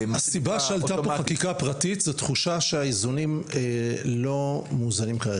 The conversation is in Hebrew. הסיבה שעלתה פה חקיקה פרטית היא תחושה שהאיזונים לא מאוזנים כרגע.